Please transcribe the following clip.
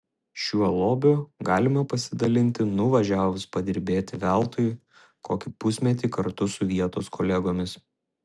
šiuo lobiu galima pasidalinti nuvažiavus padirbėti veltui kokį pusmetį kartu su vietos kolegomis